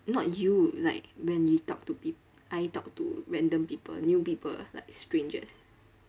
not you like when we talk to people I talk to random people new people like strangers